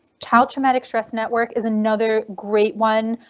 child traumatic stress network is another great one.